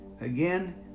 Again